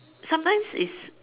sometimes it's